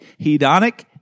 hedonic